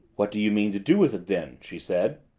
what do you mean to do with it then? she said.